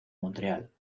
montreal